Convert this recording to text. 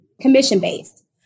commission-based